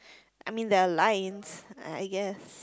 I mean there are lines I I guess